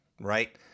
right